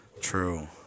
True